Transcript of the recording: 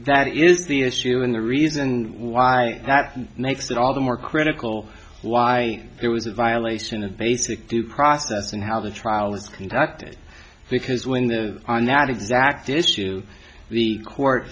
that is the issue and the reason why that makes it all the more critical why there was a violation of basic due process in how the trial was conducted because when the on that exact issue the court